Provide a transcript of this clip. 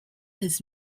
his